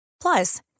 Plus